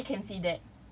everybody can see that